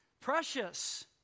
precious